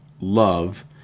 love